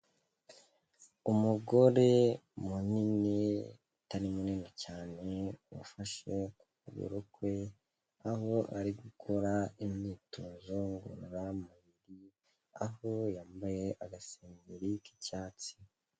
Umugore munini utari munini cyane, wafashe ku kuguru kwe, aho ari gukora imyitozo ngororamubiri, aho yambaye agasengeri k'icyatsi.